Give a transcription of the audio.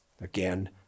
Again